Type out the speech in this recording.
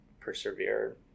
persevere